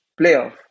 playoff